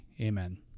Amen